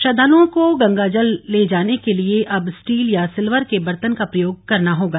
श्रद्वालुओं को गंगा जल ले जाने के लिए अब स्टील या सिल्वर के बर्तन का प्रयोग करना होगा